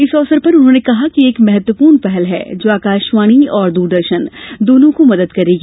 इस अवसर पर उन्होंने कहा कि यह एक महत्वपूर्ण पहल है जो आकाशवाणी और दूरदर्शन दोनों को मदद करेगी